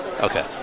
Okay